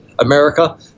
America